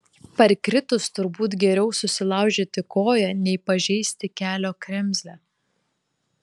parkritus turbūt geriau susilaužyti koją nei pažeisti kelio kremzlę